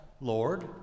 Lord